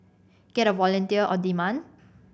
get a volunteer on demand